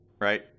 right